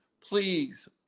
Please